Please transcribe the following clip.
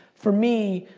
for me,